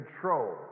control